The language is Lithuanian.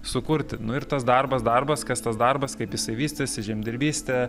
sukurti nu ir tas darbas darbas kas tas darbas kaip jisai vystėsi žemdirbystė